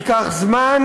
ייקח זמן,